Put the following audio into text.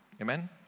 Amen